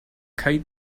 kite